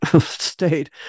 state